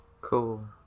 Cool